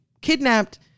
kidnapped